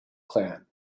clan